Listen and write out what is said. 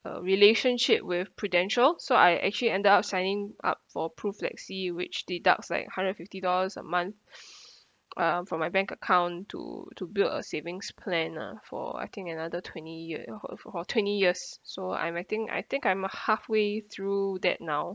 a relationship with prudential so I actually ended up signing up for pru flexi which deducts like hundred and fifty dollars a month um from my bank account to to build a savings plan lah for I think another twenty or for twenty years so I'm I think I think I'm uh halfway through that now